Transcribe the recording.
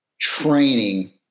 training